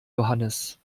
johannes